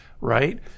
right